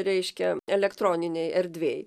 reiškia elektroninėj erdvėj